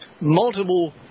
multiple